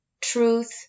truth